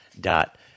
dot